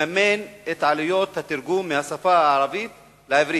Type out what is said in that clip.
לממן את עלויות התרגום מהשפה הערבית לעברית.